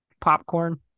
popcorn